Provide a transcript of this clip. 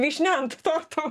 vyšnia ant torto